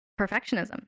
perfectionism